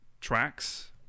tracks